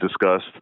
discussed